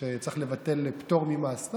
שצריך לבטל פטור ממס.